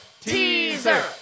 Teaser